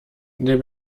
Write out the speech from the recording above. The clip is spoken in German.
der